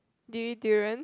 do you eat durian